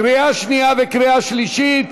לקריאה שנייה וקריאה שלישית.